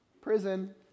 prison